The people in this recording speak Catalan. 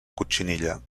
cotxinilla